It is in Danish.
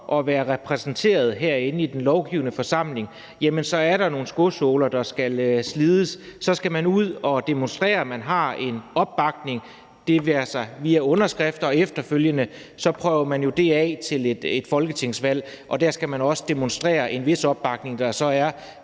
at være medlem af den lovgivende forsamling, altså er nogle skosåler, der skal slides. Man skal ud og demonstrere, at man har en opbakning via underskrifter, og efterfølgende prøver man det jo af ved et folketingsvalg. Der skal man også demonstrere, at man har en vis opbakning, der så er